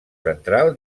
central